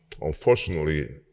unfortunately